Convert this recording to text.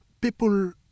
people